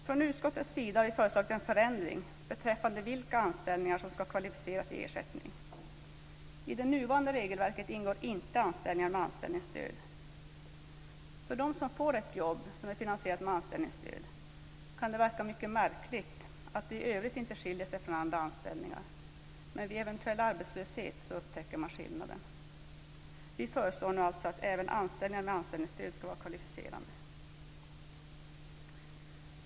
Från utskottets sida har vi föreslagit en förändring beträffande vilka anställningar som ska kvalificera till ersättning. I det nuvarande regelverket ingår inte anställningar med anställningsstöd. För dem som får ett jobb som är finansierat med anställningsstöd kan det verka mycket märkligt att det i övrigt inte skiljer sig från andra anställningar - men vid eventuell arbetslöshet upptäcker man skillnaden. Vi föreslår alltså att även anställningar med anställningsstöd ska vara kvalificerande.